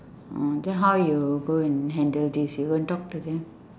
orh then how you go and handle these you go and talk to them